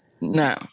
no